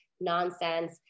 nonsense